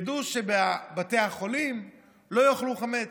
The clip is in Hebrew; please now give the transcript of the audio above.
ידעו שבבתי החולים לא יאכלו חמץ,